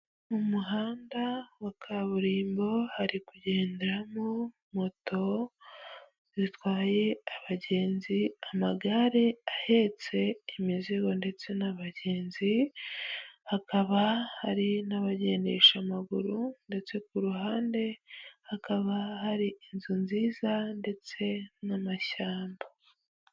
Mu muhanda wa kaburimbo hari kugenderamo moto zitwaye abagenzi, amagare ahetse imizigo ndetse n’abagenzi, hakaba hari n'abagendesha amaguru, ndetse ku ruhande hakaba hari inzu nziza ndetse n'amashyamba.